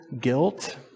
guilt